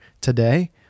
today